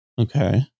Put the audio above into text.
Okay